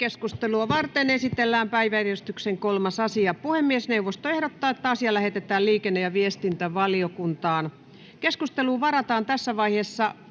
Lähetekeskustelua varten esitellään päiväjärjestyksen 3. asia. Puhemiesneuvosto ehdottaa, että asia lähetetään liikenne- ja viestintävaliokuntaan. Keskusteluun varataan tässä vaiheessa